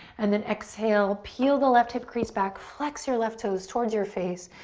and then exhale, peel the left hip crease back, flex your left toes towards your face,